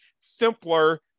simpler